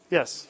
Yes